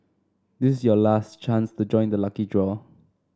this is your last chance to join the lucky draw